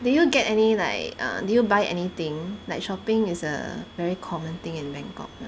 did you get any like err did you buy anything like shopping is a very common thing in Bangkok